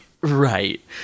right